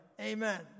amen